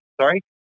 sorry